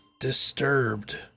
Disturbed